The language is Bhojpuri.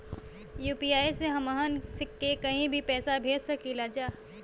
यू.पी.आई से हमहन के कहीं भी पैसा भेज सकीला जा?